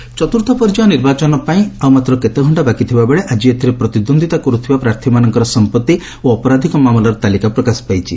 ପ୍ ଚତୂର୍ଥ ପର୍ଯ୍ୟାୟ ନିର୍ବାଚନ ଆଉ ମାତ୍ର କେତେ ଘକ୍କା ବାକି ଥିବାବେଳେ ଆକି ଏଥିରେ ପ୍ରତିଦ୍ୱନ୍ଦିତା କରୁଥିବା ପ୍ରାର୍ଥୀମାନଙ୍କର ସମ୍ମତ୍ତି ଓ ଅପରାଧକ ମାମଲାର ତାଲିକା ପ୍ରକାଶ ପାଇଛି